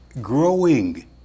growing